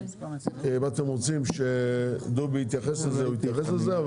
אם אתם רוצים שדובי יתייחס לזה, הוא יתייחס לזה.